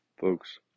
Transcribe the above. folks